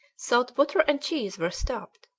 salt butter and cheese were stopped,